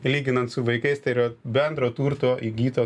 lyginant su vaikais tai yra bendro turto įgyto